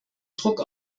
druck